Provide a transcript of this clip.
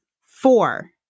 four